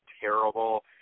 terrible